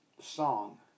song